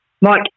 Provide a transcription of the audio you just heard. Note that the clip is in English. Mike